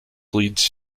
leads